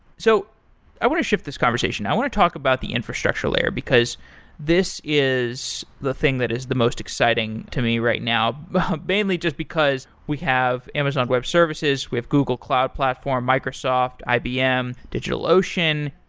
so i want to shift this conversation. i want to talk about the infrastructure layer, because this is the thing that is the most exciting to me right now mainly just because we have amazon web services, we have google cloud platform, microsoft, ibm, digital ocean.